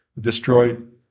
destroyed